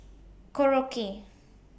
Korokke